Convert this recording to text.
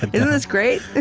isn't this great?